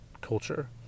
culture